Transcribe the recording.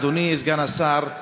אדוני סגן השר,